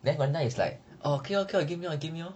then glenda is like orh okay lor okay lor give me lor give me lor